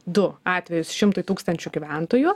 du atvejus šimtui tūkstančių gyventojų